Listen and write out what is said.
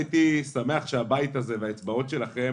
הייתי שמח שהבית הזה והאצבעות שלכם,